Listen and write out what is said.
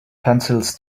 pencils